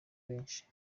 benshi